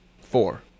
Four